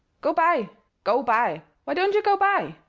go by go by! why don't you go by?